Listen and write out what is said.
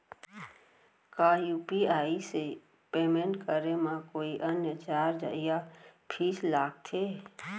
का यू.पी.आई से पेमेंट करे म कोई अन्य चार्ज या फीस लागथे?